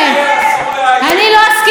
אסור לאיים, זו לא ביקורת, אני לא אסכים לזה.